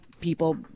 people